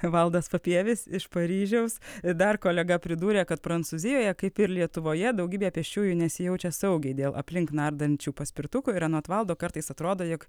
valdas papievis iš paryžiaus dar kolega pridūrė kad prancūzijoje kaip ir lietuvoje daugybė pėsčiųjų nesijaučia saugiai dėl aplink nardančių paspirtukų ir anot valdo kartais atrodo jog